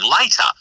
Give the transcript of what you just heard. later